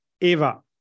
Eva